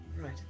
Right